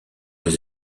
les